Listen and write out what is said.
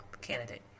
candidate